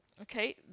Okay